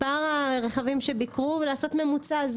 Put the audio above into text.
מספר הרכבים שביקרו ולעשות ממוצע.